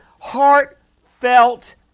heartfelt